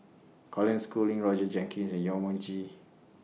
Colin Schooling Roger Jenkins Yong Mun Chee